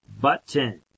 button